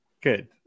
good